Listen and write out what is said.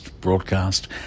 broadcast